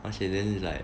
okay then like